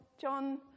John